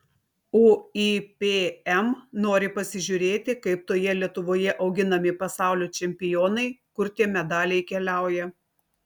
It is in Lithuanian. uipm nori pasižiūrėti kaip toje lietuvoje auginami pasaulio čempionai kur tie medaliai keliauja